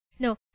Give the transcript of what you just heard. No